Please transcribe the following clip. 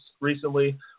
recently